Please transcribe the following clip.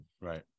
Right